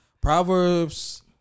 Proverbs